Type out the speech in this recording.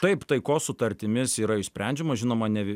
taip taikos sutartimis yra išsprendžiama žinoma ne